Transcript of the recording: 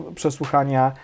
przesłuchania